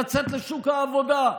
לצאת לשוק העבודה,